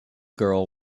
girl